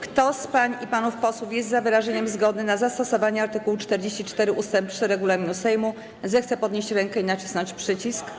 Kto z pań i panów posłów jest za wyrażeniem zgody na zastosowanie art. 44 ust. 3 regulaminu Sejmu, zechce podnieść rękę i nacisnąć przycisk.